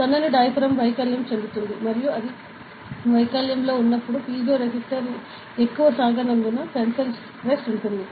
సన్నని డయాఫ్రాగమ్ వైకల్యం చెందుతుంది మరియు అది వైకల్యంతో ఉన్నప్పుడు పిజోరేసిస్టర్ ఎక్కువ సాగనందున టెన్సిల్ స్ట్రెస్ ఉంటుంది